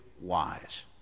wise